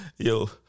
Yo